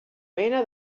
mena